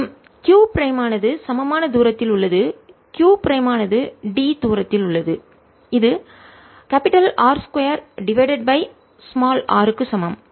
மற்றும் q prime மானது சமமான தூரத்தில் உள்ளது q ப்ரைம் மானது d தூரத்தில் உள்ளது இது R 2 டிவைடட் பை r க்கு சமம்